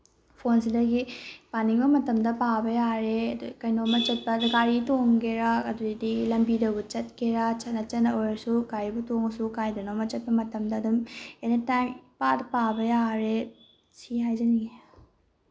ꯐꯣꯟꯁꯤꯗꯒꯤ ꯄꯥꯅꯤꯡꯕ ꯃꯇꯝꯗ ꯄꯥꯕ ꯌꯥꯔꯦ ꯑꯗꯒꯤ ꯀꯩꯅꯣꯃ ꯆꯠꯄ ꯒꯥꯔꯤ ꯇꯣꯡꯒꯦꯔꯥ ꯑꯗꯨꯗꯒꯤ ꯂꯝꯕꯤꯗꯕꯨ ꯆꯠꯀꯦꯔꯥ ꯆꯠꯅ ꯆꯠꯅ ꯑꯣꯏꯔꯁꯨ ꯒꯥꯔꯤꯕꯨ ꯇꯣꯡꯉꯁꯨ ꯀꯥꯏꯗꯅꯣꯝꯃ ꯆꯠꯄ ꯃꯇꯝꯗ ꯑꯗꯨꯝ ꯑꯦꯅꯤꯇꯥꯏꯝ ꯏꯄꯥꯗ ꯄꯥꯕ ꯌꯥꯔꯦ ꯁꯤ ꯍꯥꯏꯖꯅꯤꯡꯉꯦ